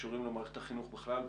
שקשורים למערכת החינוך בכלל,